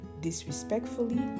disrespectfully